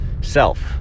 self